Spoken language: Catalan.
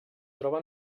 troba